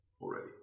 already